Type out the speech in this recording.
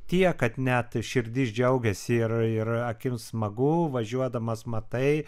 tiek kad net širdis džiaugiasi ir ir akims smagu važiuodamas matai